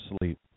sleep